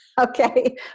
Okay